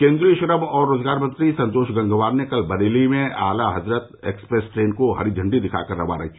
केन्द्रीय श्रम और रोजगार मंत्री संतोष गंगवार ने कल बरेली में आला हज़रत एक्सप्रेस ट्रेन को हरी झंडी दिखा कर रवाना किया